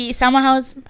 summerhouse